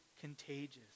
contagious